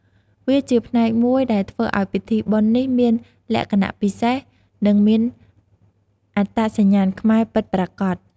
វាជាផ្នែកមួយដែលធ្វើឲ្យពិធីបុណ្យនេះមានលក្ខណៈពិសេស និងមានអត្តសញ្ញាណខ្មែរពិតប្រាកដ។